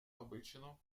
обречено